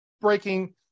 breaking